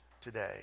today